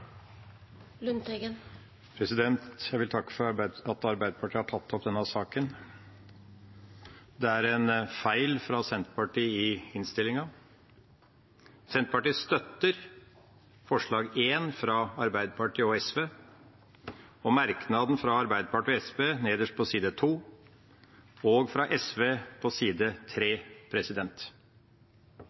Jeg vil takke Arbeiderpartiet for å ha tatt opp denne saken. Det er en feil fra Senterpartiet i innstillinga. Senterpartiet skulle ha støttet forslag nr. 1, fra Arbeiderpartiet og SV, og merknaden fra Arbeiderpartiet og SV nederst på side 2 og fra SV på side